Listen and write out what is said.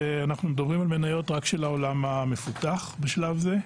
אנחנו מדברים על מניות רק של העולם המפותח בשלב זה,